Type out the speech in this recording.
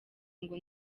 ngo